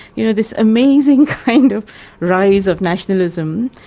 you know, this amazing kind of rise of nationalism.